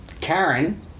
Karen